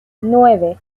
nueve